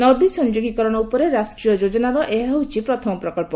ନଦୀ ସଂଯୋଗୀକରଣ ଉପରେ ରାଷ୍ଟ୍ରୀୟ ଯୋଜନାର ଏହା ହେଉଛି ପ୍ରଥମ ପ୍ରକନ୍ଧ